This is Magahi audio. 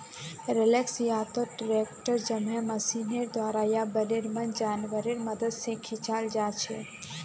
रोलर्स या त ट्रैक्टर जैमहँ मशीनेर द्वारा या बैलेर मन जानवरेर मदद से खींचाल जाछे